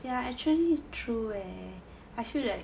ya actually true leh I feel like